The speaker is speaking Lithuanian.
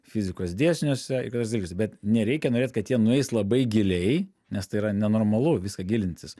fizikos dėsniuose ir kituose dalykuose bet nereikia norėt kad jie nueis labai giliai nes tai yra nenormalu viską gilintis